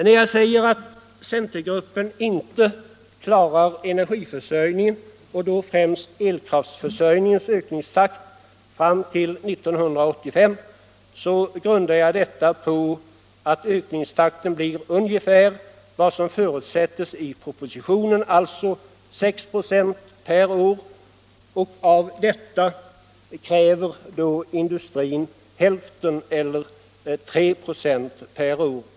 När jag säger att centergruppen inte klarar energiförsörjningen — och då främst elkraftsförsörjningens ökningstakt fram till 1985 — så grundar jag detta på att ökningstakten blir ungefär vad som förutsättes i propositionen, alltså 6 96 per år. Av detta kräver industrin hälften eller 3 96 per år.